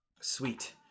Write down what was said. Sweet